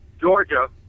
Georgia